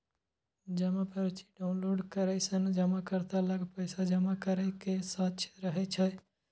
जमा पर्ची डॉउनलोड करै सं जमाकर्ता लग पैसा जमा करै के साक्ष्य रहै छै